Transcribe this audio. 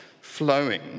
flowing